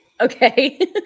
okay